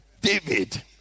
David